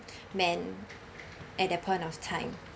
man at that point of time